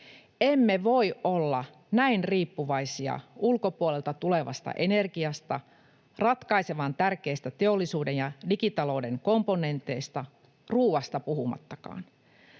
Emme voi olla näin riippuvaisia ulkopuolelta tulevasta energiasta, ratkaisevan tärkeistä teollisuuden ja digitalouden komponenteista, ruoasta puhumattakaan.